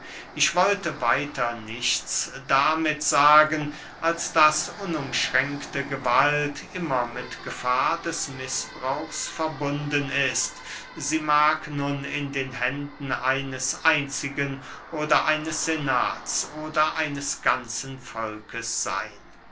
ich wollte weiter nichts damit sagen als daß unumschränkte gewalt immer mit gefahr des mißbrauchs verbunden ist sie mag nun in den händen eines einzigen oder eines senats oder eines ganzen volkes seyn